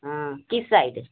हाँ किस साइड